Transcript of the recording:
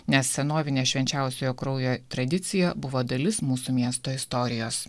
nes senovinė švenčiausiojo kraujo tradicija buvo dalis mūsų miesto istorijos